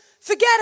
Forget